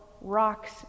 rocks